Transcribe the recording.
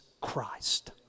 Christ